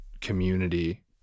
community